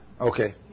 Okay